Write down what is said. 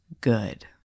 good